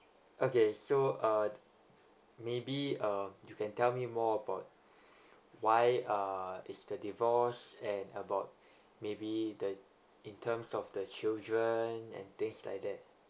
okay so uh maybe uh you can tell me more about why err is the divorced and about maybe the in terms of the children and things like that